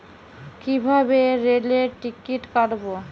কিভাবে রেলের টিকিট কাটব?